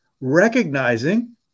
recognizing